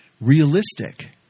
realistic